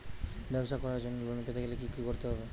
ব্যবসা করার জন্য লোন পেতে গেলে কি কি করতে হবে?